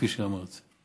כפי שאמרת,